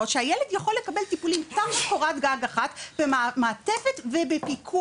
שהילד יכול לקבל טיפולים תחת קורת גג אחת במעטפת ובפיקוח.